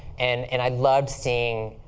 and and i loved seeing